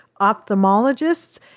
ophthalmologists